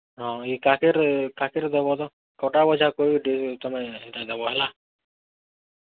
ହଁ ଖାସିର୍ ଦବ ତ କଟା ବଛା କରି ଟିକେ ତୁମେ ହେଇଟା ଦବ ହେଲା